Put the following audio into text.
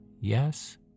yes